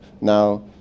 now